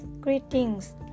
greetings